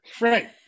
Right